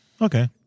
Okay